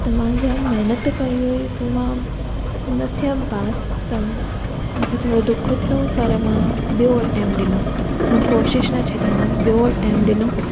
त मां जाम महिनत कई हुई पोइ मां न थियमि पास त मूंखे थोरो दुख थियो पर मां ॿियो अटैम्प ॾिनो मां कोशिशि न छॾी मां ॿियो अटैम्प ॾिनो